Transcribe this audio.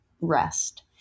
rest